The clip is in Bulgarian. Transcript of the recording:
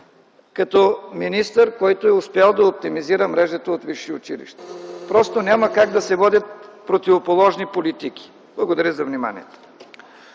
като министър, който е успял да оптимизира мрежата от висши училища. Просто няма как да се водят противоположни политики. Благодаря за вниманието.